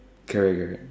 correct correct